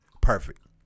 perfect